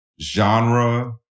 genre